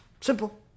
Simple